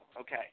Okay